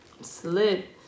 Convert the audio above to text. slip